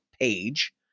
page